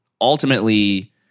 ultimately